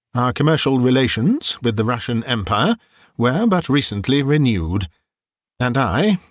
our commercial relations with the russian empire were but recently renewed and i,